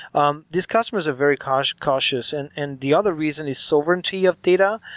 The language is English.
um these customers are very cautious cautious and and the other reason is sovereignty of data,